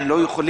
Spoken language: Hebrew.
הם לא יכולים.